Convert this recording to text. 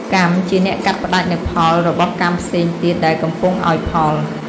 កម្មជាអ្នកកាត់ផ្តាច់នូវផលរបស់កម្មផ្សេងទៀតដែលកំពុងឲ្យផល។